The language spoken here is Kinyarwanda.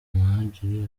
muhadjili